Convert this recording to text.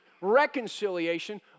reconciliation